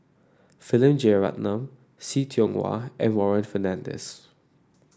Philip Jeyaretnam See Tiong Wah and Warren Fernandez